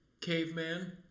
caveman